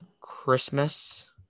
christmas